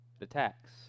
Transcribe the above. attacks